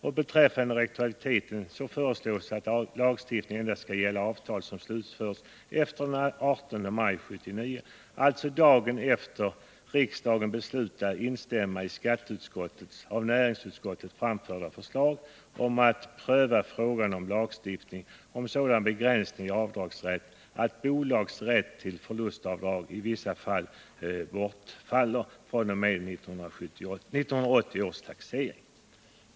Vad beträffar retroaktiviteten föreslås att lagstiftningen endast skall gälla avtal som slutförts efter den 18 maj 1979, alltså dagen efter det att riksdagen beslutat instämma i skatteutskottets av näringsutskottets framförda förslag om att pröva frågan om lagstiftning om sådan begränsning i avdragsrätten att bolags rätt till förlustavdrag i vissa fall bortfaller fr.o.m. 1980 års taxering.